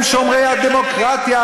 הם שומרי הדמוקרטיה,